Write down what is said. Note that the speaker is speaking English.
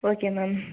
okay ma'am